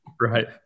right